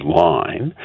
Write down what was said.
line